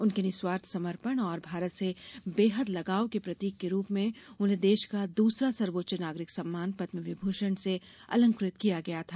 उनके निःस्वार्थ समर्पण और भारत से बेहद लगाव के प्रतीक के रूप उन्हें देश का द्रसरा सर्वोच्च नागरिक सम्मान पदमविभूषण से अलंकृत किया गया था